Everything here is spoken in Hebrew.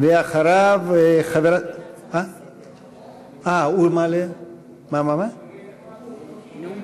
נאומי